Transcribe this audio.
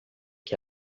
que